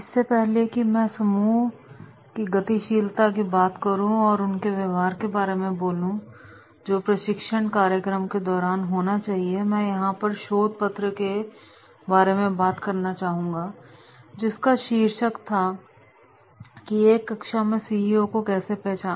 इससे पहले कि मैं समूह गतिशीलता की बात करूं और उनके व्यवहार के बारे में बोलो जो प्रशिक्षण कार्यक्रम के दौरान होना चाहिए मैं यहां पर शोध पत्र के बारे में बात करना चाहूंगा जिसका शीर्षक था की एक कक्षा में सीईओ को कैसे पहचाने